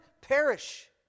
perish